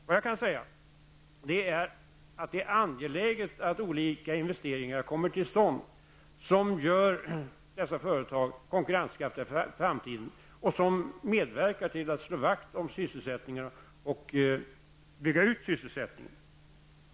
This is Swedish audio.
Det jag kan säga är att det är angeläget att olika investeringar kommer till stånd, som gör dessa företag konkurrenskraftiga för framtiden och medverkar till att slå vakt om och utvidga sysselsättningen.